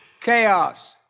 chaos